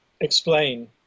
explain